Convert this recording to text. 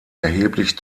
erheblich